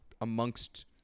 amongst